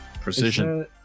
precision